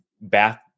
bath